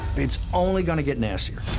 it's only going to get nastier.